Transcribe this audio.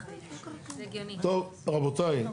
טוב, רבותיי.